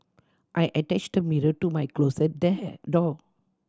I attached the mirror to my closet dare door